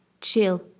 chill